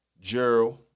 Gerald